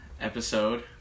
episode